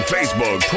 Facebook